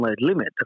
limit